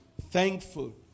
thankful